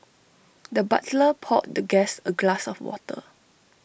the butler poured the guest A glass of water